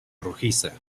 rojiza